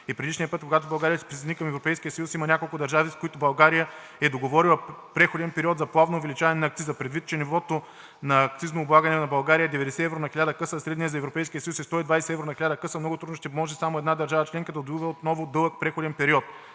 И предишния път, когато България се присъединява към Европейския съюз, има няколко държави, с които България е договорила преходен период за плавно увеличаване на акциза. Предвид факта, че нивото на акцизното облагане за България е 90 евро на хиляда къса, а средното за Европейския съюз е 120 евро на хиляда къса, много трудно ще може само една държава членка да отвоюва отново дълъг преходен период.